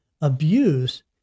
abuse